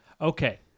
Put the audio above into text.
okay